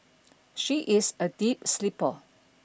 she is a deep sleeper